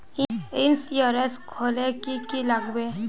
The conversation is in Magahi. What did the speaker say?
इंश्योरेंस खोले की की लगाबे?